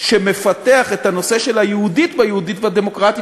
שמפתח את הנושא של ה"יהודית" ב"יהודית ודמוקרטית",